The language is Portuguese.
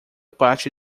parte